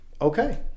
Okay